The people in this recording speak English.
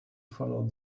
follow